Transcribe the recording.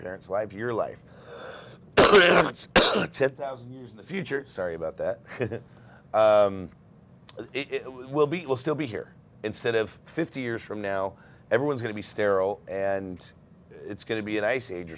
parents live your life it's said thousand years in the future sorry about that that it will be it will still be here instead of fifty years from now everyone's going to be sterile and it's going to be an ice age